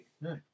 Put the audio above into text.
No